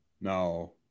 No